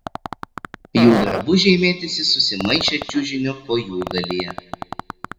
jų drabužiai mėtėsi susimaišę čiužinio kojūgalyje